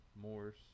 Morse